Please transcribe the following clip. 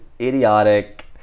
idiotic